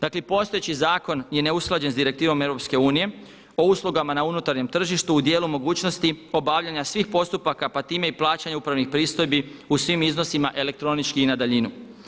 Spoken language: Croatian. Dakle postojeći zakon je neusklađen s direktivom EU o uslugama na unutarnjem tržištu u dijelu mogućnosti obavljanja svih postupaka pa time i plaćanja upravnih pristojbi u svim iznosima elektronički i na daljinu.